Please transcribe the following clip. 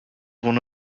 one